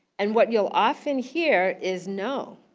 and what you'll often hear is no.